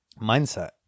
mindset